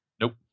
nope